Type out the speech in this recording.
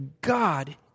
God